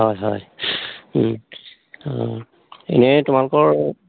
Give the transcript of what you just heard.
হয় হয় এনেই তোমালোকৰ